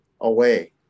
away